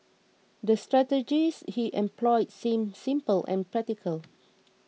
the strategies he employed seemed simple and practical